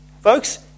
Folks